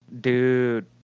Dude